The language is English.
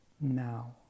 now